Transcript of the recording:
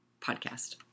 podcast